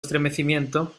estremecimiento